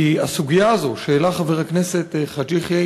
כי הסוגיה הזו שהעלה חבר הכנסת חאג' יחיא היא